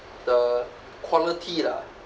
the quality lah